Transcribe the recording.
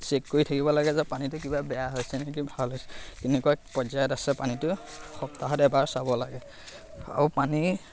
check কৰি থাকিব লাগে যে পানীটো কিবা বেয়া হৈছে নেকি ভাল হৈছে কেনেকুৱা পৰ্যায়ত আছে পানীটো সপ্তাহত এবাৰ চাব লাগে আৰু পানী